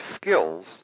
skills